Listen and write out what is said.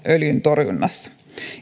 öljyntorjunnassa